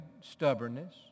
stubbornness